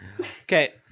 okay